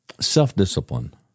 Self-discipline